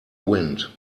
wind